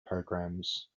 programs